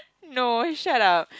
no shut up